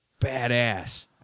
Badass